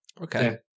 Okay